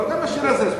אבל גם השיר הזה,